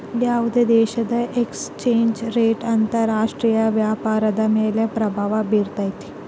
ಯಾವುದೇ ದೇಶದ exchange rate ಅಂತರ ರಾಷ್ಟ್ರೀಯ ವ್ಯಾಪಾರದ ಮೇಲೆ ಪ್ರಭಾವ ಬಿರ್ತೈತೆ